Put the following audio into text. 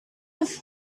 have